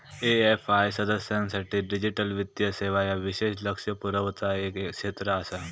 AFI सदस्यांसाठी digital वित्तीय सेवा ह्या विशेष लक्ष पुरवचा एक क्षेत्र आसा